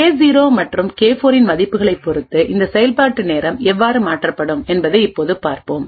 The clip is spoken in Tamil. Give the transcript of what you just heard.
கே0 மற்றும் கே4 இன் மதிப்புகளைப் பொறுத்து இந்த செயல்பாட்டு நேரம் எவ்வாறு மாறுபடும் என்பதை இப்போது பார்ப்போம்